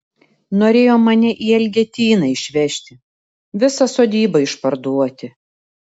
norėjo mane į elgetyną išvežti visą sodybą išparduoti